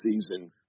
season